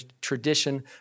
tradition